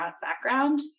background